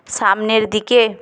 সামনের দিকে